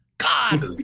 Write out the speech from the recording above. God